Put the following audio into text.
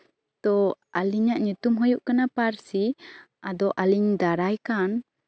ᱛᱚ ᱟᱹᱞᱤᱧᱟᱜ ᱧᱩᱛᱩᱢ ᱦᱩᱭᱩᱜ ᱠᱟᱱᱟ ᱯᱟᱹᱨᱥᱤ ᱟᱫᱚ ᱟ ᱞᱤᱧ ᱫᱟᱨᱟᱭ ᱠᱟᱱ